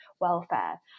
welfare